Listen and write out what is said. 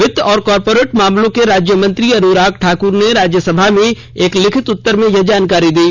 वित्त और कॉरपोरेट मामलों के राज्य मंत्री अनुराग ठाकुर ने राज्यसभा में एक लिखित उत्तर में यह जानकारी दी